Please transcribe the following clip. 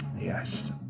yes